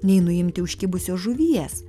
nei nuimti užkibusios žuvies